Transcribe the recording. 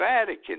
Vatican